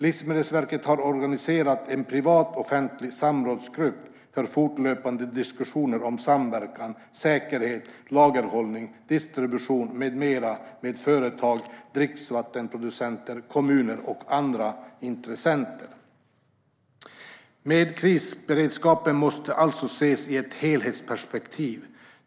Livsmedelsverket har organiserat en privat-offentlig samrådsgrupp för fortlöpande diskussioner med företag, dricksvattenproducenter, kommuner och andra intressenter om samverkan, säkerhet, lagerhållning, distribution med mera. Krisberedskapen måste alltså ses i ett helhetsperspektiv.